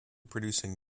producing